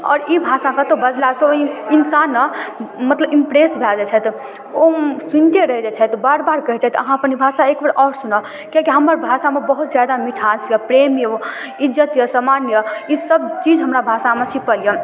आओर ई भाषा कतहु बजलासँ ओहि इन्सान ने मतलब इम्प्रेस भऽ जाइ छथि ओ सुनिते रहि जाइ छथि बार बार कहै छथि अपन भाषा एकबेर आओर सुनाउ कियाकि हमर भाषामे बहुत ज्यादा मिठास अइ प्रेम अइ इज्जति अइ सम्मान अइ ईसब चीज हमरा भाषामे छिपल अइ